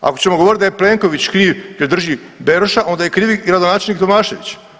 Ako ćemo govoriti da je Plenković kriv jer drži Beroša onda je kriv i gradonačelnik Tomašević.